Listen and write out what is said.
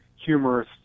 humorous